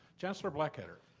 chancellor blackketter?